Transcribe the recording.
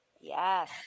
Yes